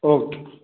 okay